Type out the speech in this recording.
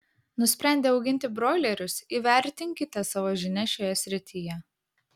nusprendę auginti broilerius įvertinkite savo žinias šioje srityje